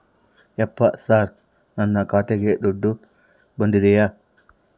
ಯಪ್ಪ ಸರ್ ನನ್ನ ಖಾತೆಗೆ ದುಡ್ಡು ಬಂದಿದೆಯ?